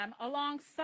alongside